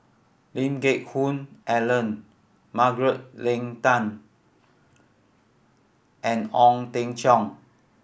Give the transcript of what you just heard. Lee Geck Hoon Ellen Margaret Leng Tan and Ong Teng Cheong